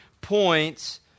points